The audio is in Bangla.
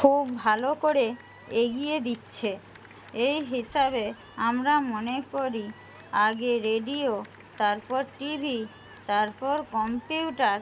খুব ভালো করে এগিয়ে দিচ্ছে এই হিসাবে আমরা মনে করি আগে রেডিও তারপর টিভি তারপর কম্পিউটার